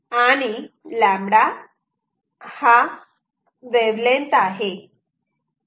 आणि हा लेम्बडा आहे